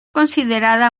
considerada